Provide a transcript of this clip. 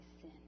sin